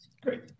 great